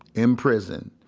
in prison,